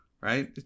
right